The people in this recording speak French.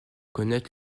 connaître